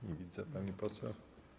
Nie widzę pani poseł.